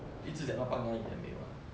一直讲她搬哪里都没有